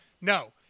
no